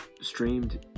streamed